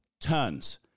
Tons